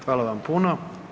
Hvala vam puno.